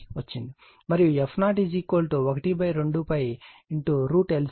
మరియు f0 12πLC ఉంది ఒక దిద్దుబాటు ఉంది